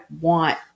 want